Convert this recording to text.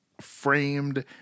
framed